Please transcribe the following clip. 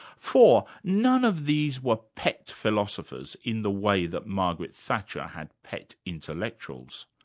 four. none of these were pet philosophers in the way that margaret thatcher had pet intellectuals.